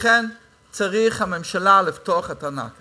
לכן, הממשלה צריכה לפתוח את הארנק.